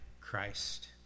Christ